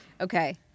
Okay